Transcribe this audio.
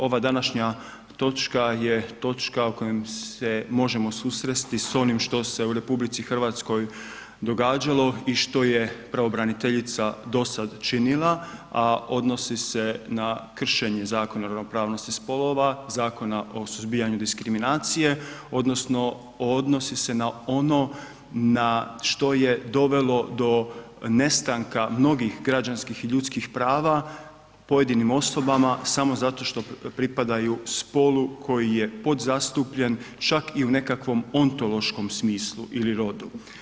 Ova današnja točka je točka u kojoj se možemo susresti s onim što se u RH događalo i što je pravobraniteljica do sada činila, a odnosi se na kršenje Zakona o ravnopravnosti spolova, Zakona o suzbijanju diskriminacije odnosno odnosi se na ono na što je dovelo do nestanka mnogih građanskih i ljudskih prava pojedinim osobama samo zato što pripadaju spolu koji je podzastupljen, čak i u nekakvom ontološkom smislu ili rodu.